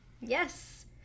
Yes